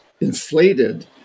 inflated